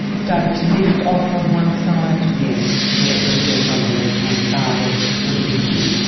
started to lift off on one side? yes, the the wheels on the left-hand side were lifting,